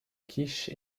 quiche